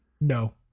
No